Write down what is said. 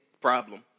problem